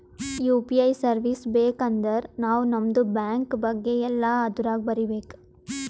you P I service ಬೇಕ್ ಅಂದರ್ ನಾವ್ ನಮ್ದು ಬ್ಯಾಂಕ ಬಗ್ಗೆ ಎಲ್ಲಾ ಅದುರಾಗ್ ಬರೀಬೇಕ್